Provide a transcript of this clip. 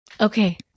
Okay